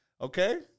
okay